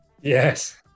Yes